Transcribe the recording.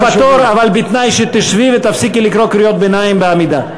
את הבאה בתור אבל בתנאי שתשבי ותפסיקי לקרוא קריאות ביניים בעמידה.